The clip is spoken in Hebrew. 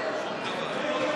קבוצת